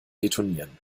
detonieren